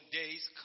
days